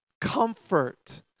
comfort